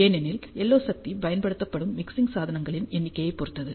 ஏனெனில் LO சக்தி பயன்படுத்தப்படும் மிக்ஸிங் சாதனங்களின் எண்ணிக்கையைப் பொறுத்தது